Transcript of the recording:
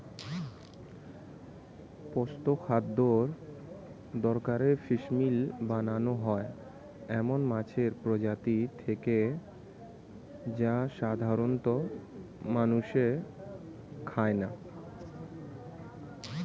পশুখাদ্যের দরকারে ফিসমিল বানানো হয় এমন মাছের প্রজাতি থেকে যা সাধারনত মানুষে খায় না